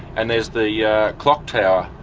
and there's the yeah clock tower.